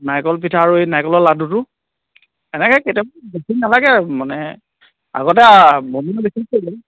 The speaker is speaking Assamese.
নাৰিকল পিঠা আৰু এই নাৰিকলৰ লাড়ুটো এনেকে কেইটামান বেছি নালাগে মানে আগতে